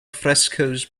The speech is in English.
frescoes